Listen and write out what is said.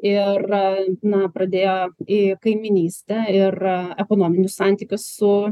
ir na pradėjo į kaimynystę ir ekonominius santykius su